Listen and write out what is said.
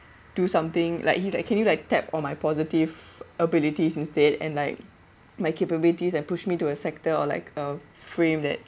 do something like that can you like tap on my positive abilities instead and like my capabilities and pushed me to a sector or like a frame that